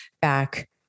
back